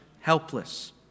helpless